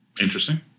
Interesting